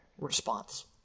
response